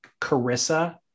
Carissa